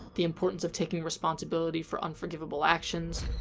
the importance of taking responsibility for unforgivable actions.